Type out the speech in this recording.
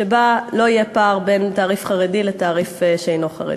שבה לא יהיה פער בין תעריף לחרדי לתעריף למי שאינו חרדי.